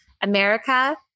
America